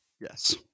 Yes